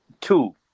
Two